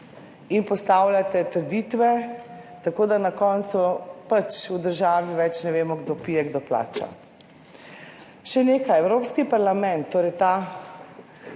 in postavljate trditve tako, da na koncu pač v državi več ne vemo kdo pije, kdo plača. Še nekaj, evropski parlament, torej ta